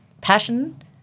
passion